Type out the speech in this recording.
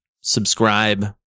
subscribe